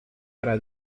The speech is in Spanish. para